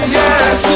yes